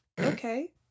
Okay